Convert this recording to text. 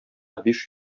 биш